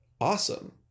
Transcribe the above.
awesome